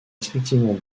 respectivement